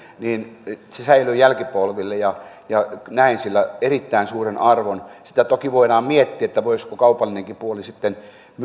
se säilyy jälkipolville ja ja näen sillä erittäin suuren arvon sitä toki voidaan miettiä voisiko kaupallinenkin puoli sitten